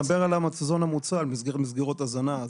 אני מדבר על המזון המוצל, מסגרות הזנה.